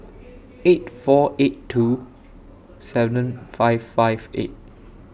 eight four eight two seven five five eight